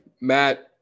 Matt